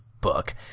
book